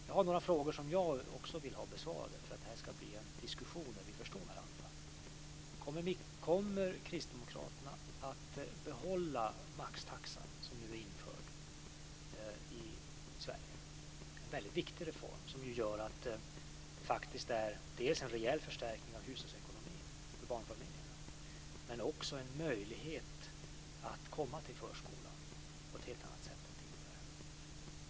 Jag har några frågor som jag också vill ha besvarade för att det här ska bli en diskussion där vi förstår varandra. Kommer Kristdemokraterna att behålla maxtaxan som nu är införd i Sverige? Det är en mycket viktig reform som dels innebär en rejäl förstärkning av barnfamiljernas hushållsekonomi, dels en möjlighet att komma till förskolan på ett helt annat sätt än tidigare.